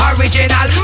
Original